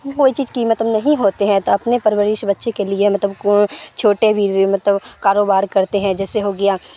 وہ چیز کی مطلب نہیں ہوتے ہیں تو اپنے پرورش بچے کے لیے مطلب چھوٹے بھی مطلب کاروبار کرتے ہیں جیسے ہو گیا